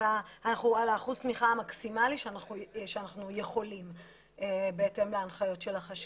אנחנו על אחוז התמיכה המקסימלי שאנחנו יכולים בהתאם להנחיות של החשכ"ל.